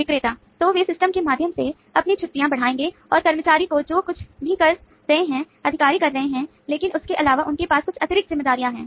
विक्रेता तो वे सिस्टम के माध्यम से अपने छुट्टियाँ बढ़ाएंगे और कर्मचारियों को जो कुछ भी कर रहे हैं अधिकारी कर रहे हैं लेकिन इसके अलावा उनके पास कुछ अतिरिक्त जिम्मेदारियां हैं